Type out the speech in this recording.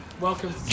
welcome